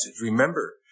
Remember